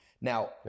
Now